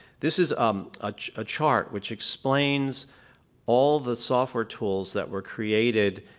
this is um ah a chart which explains all the software tools that were created